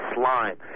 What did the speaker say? slime